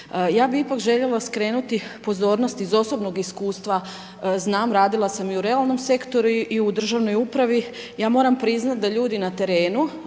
Ja bi ipak željela skrenuti pozornost iz osobnog iskustva. Znam, radila sam i u realnom sektoru i u državnoj upravi, ja moram priznati da ljudi na terenu,